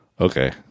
Okay